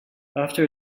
after